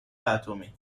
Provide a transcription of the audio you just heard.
اتمی